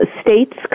States